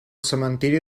cementiri